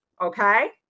Okay